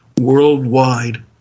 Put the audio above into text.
worldwide